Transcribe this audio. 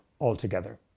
altogether